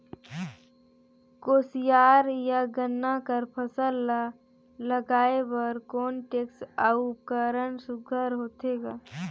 कोशियार या गन्ना कर फसल ल लगाय बर कोन टेक्टर अउ उपकरण सुघ्घर होथे ग?